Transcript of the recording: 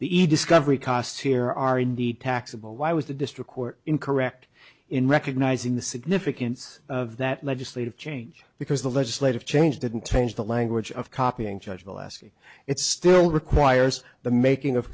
each discovery costs here are indeed taxable why was the district court incorrect in recognizing the significance of that legislative change because the legislative change didn't taint the language of copying judge alaska it still requires the making of